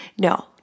No